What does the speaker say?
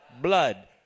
blood